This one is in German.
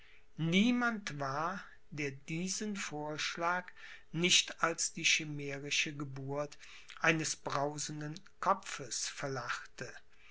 niemand war der diesen vorschlag nicht als die chimärische geburt eines brausenden kopfes verlachte